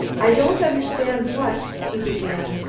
i don't understand what he began.